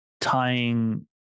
tying